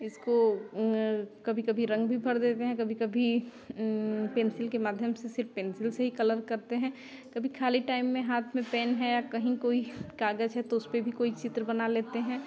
इसको कभी कभी रंग भी भर देते हैं कभी कभी पेंसिल के माध्यम से सिर्फ़ पेंसिल से ही कलर करते हैं कभी खाली टाइम में हाथ में पेन है या कहीं कोई काग़ज़ है तो उसपे भी कोई चित्र बना लेते हैं